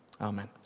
amen